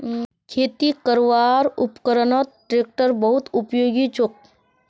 खेती करवार उपकरनत ट्रेक्टर बहुत उपयोगी छोक